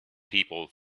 people